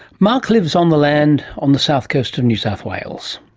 mark lives on the land on the south coast of new south wales.